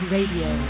Radio